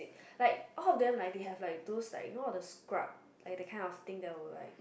like all of them like that have those like you know scrub like that kind of thing like